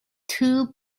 two